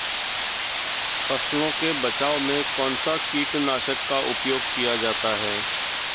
फसलों के बचाव में कौनसा कीटनाशक का उपयोग किया जाता है?